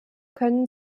können